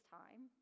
time